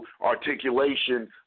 articulation